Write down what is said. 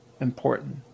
important